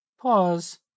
Pause